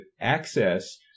access